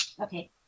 okay